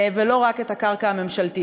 ולא רק את הקרקע הממשלתית.